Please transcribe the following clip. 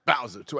Bowser